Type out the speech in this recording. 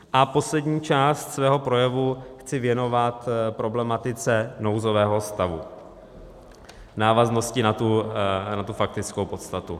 A poslední část svého projevu chci věnovat problematice nouzového stavu v návaznosti na tu faktickou podstatu.